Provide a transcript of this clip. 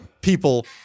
people